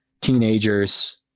teenagers